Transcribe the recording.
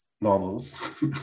novels